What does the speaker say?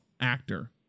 actor